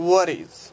Worries